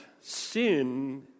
sin